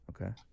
Okay